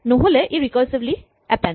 নহ'লে ই recursively append